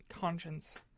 conscience